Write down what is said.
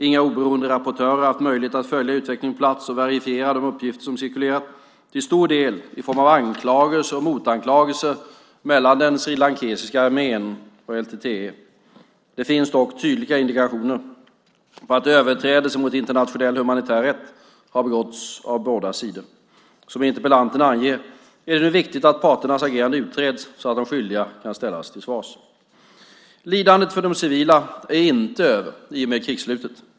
Inga oberoende rapportörer har haft möjlighet att följa utvecklingen på plats och verifiera de uppgifter som cirkulerat - till stor del i form av anklagelser och motanklagelser mellan den srilankesiska armén och LTTE. Det finns dock tydliga indikationer på att överträdelser mot internationell humanitär rätt har begåtts av båda sidor. Som interpellanten anger är det nu viktigt att parternas agerande utreds så att de skyldiga kan ställas till svars. Lidandet för de civila är inte över i och med krigsslutet.